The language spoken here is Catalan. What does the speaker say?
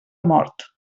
mort